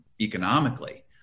economically